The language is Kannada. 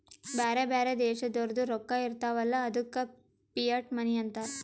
ಬ್ಯಾರೆ ಬ್ಯಾರೆ ದೇಶದೋರ್ದು ರೊಕ್ಕಾ ಇರ್ತಾವ್ ಅಲ್ಲ ಅದ್ದುಕ ಫಿಯಟ್ ಮನಿ ಅಂತಾರ್